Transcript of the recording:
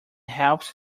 helps